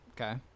Okay